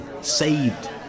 Saved